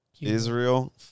Israel